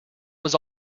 was